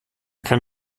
kann